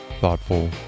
thoughtful